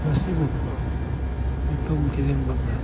ꯃꯁꯤꯕꯨ ꯃꯤꯄꯨꯝ ꯈꯨꯗꯤꯡꯃꯛꯅ